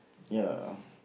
ya